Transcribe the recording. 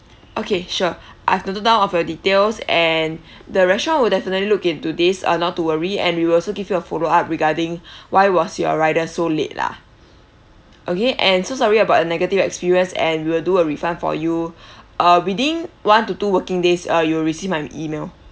okay sure I've noted down of your details and the restaurant will definitely look into this uh not to worry and we will also give you a follow up regarding why was your rider so late lah okay and so sorry about the negative experience and we will do a refund for you uh within one to two working days uh you will receive my email